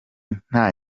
nta